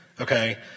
Okay